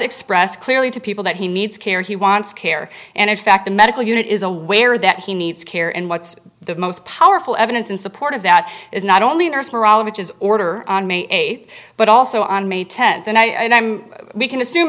express clearly to people that he needs care he wants care and in fact the medical unit is aware that he needs care and what's the most powerful evidence in support of that is not only a nurse for all of which is order on may eighth but also on may tenth and i mean we can assume